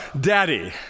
Daddy